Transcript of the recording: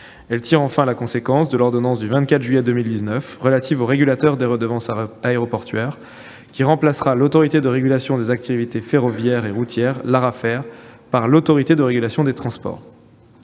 textes tirent aussi la conséquence de l'ordonnance du 24 juillet 2019 relative au régulateur des redevances aéroportuaires, qui remplace l'Autorité de régulation des activités ferroviaires et routières (Arafer) par l'Autorité de régulation des transports